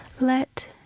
let